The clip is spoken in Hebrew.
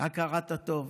את הכרת הטוב,